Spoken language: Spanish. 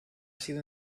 sido